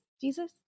Jesus